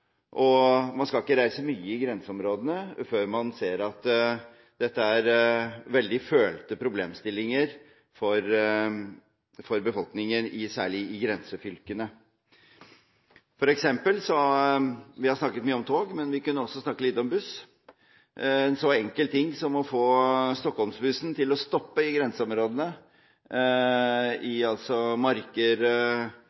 og man skal ikke reise mye i grenseområdene før man ser at dette er veldig følte problemstillinger for befolkningen, særlig i grensefylkene. Vi har snakket mye om tog, men vi kunne også snakke litt om buss. En så enkel ting som å få Stockholmsbussen til å stoppe i grenseområdene – i